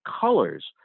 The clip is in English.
colors